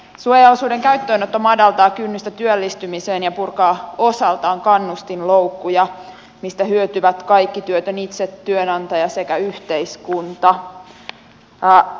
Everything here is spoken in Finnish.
suojaosuuden käyttöönotto madaltaa kynnystä työllistymiseen ja purkaa osaltaan kannustinloukkuja mistä hyötyvät kaikki työtön itse työnantaja sekä yhteiskunta